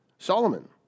Solomon